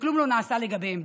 וכלום לא נעשה לגביהן.